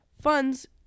funds